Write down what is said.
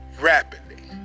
rapidly